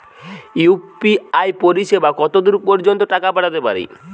UPI পরিসেবা কতদূর পর্জন্ত টাকা পাঠাতে পারি?